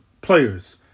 players